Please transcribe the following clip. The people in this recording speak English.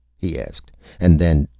he asked and then,